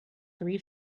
three